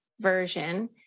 Version